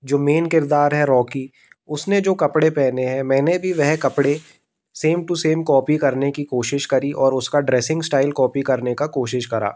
जो मेन किरदार है रॉकी उसने जो कपड़े पहने हैं मैं भी वह कपड़े सेम टू सेम कॉपी करने की कोशिश करी और उसका ड्रेसिंग स्टाइल कॉपी करने का कोशिश करा